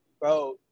Bro